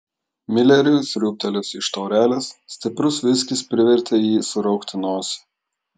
mileriui sriūbtelėjus iš taurelės stiprus viskis privertė jį suraukti nosį